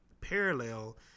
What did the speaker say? parallel